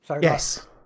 Yes